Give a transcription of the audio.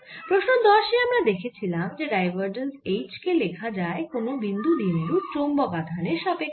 প্রশ্ন 10 এ আমরা দেখেছিলাম যে ডাইভারজেন্স H কে লেখা যায় কোন বিন্দু দ্বিমেরুর চৌম্বক আধানের সাপেক্ষ্যে